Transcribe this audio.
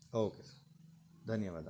okay sir ಧನ್ಯವಾದ